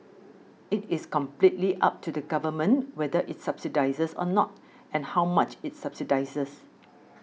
it is completely up to the Government whether it subsidises or not and how much it subsidises